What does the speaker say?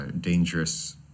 Dangerous